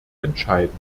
entscheiden